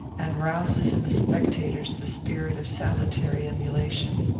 and rouses in the spectators the spirit of salutary emulation.